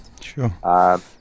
Sure